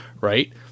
right